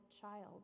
child